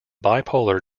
bipolar